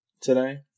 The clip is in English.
today